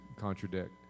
contradict